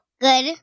Good